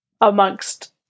amongst